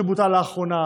שבוטל לאחרונה,